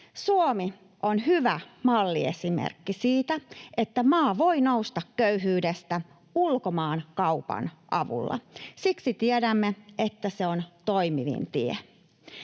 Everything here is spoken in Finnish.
Suomi on hyvä malliesimerkki siitä, että maa voi nousta köyhyydestä ulkomaankaupan avulla. Siksi tiedämme, että se on toimivin tie.